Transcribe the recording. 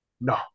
No